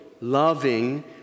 loving